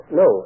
no